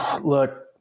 Look